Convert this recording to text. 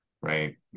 right